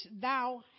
thou